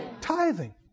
Tithing